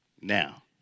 Now